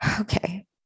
Okay